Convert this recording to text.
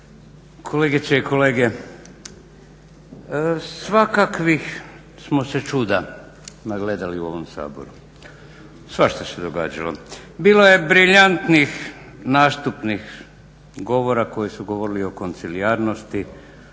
kolegice i kolege. Svakakvih smo se čuda nagledali u ovom Saboru, svašta se događalo. Bilo je briljantnih nastupnih govora koji su govorili o koncilijarnosti,